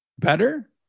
better